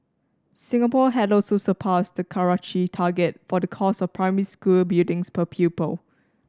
Singapore had also surpassed the Karachi target for the cost of primary school buildings per pupil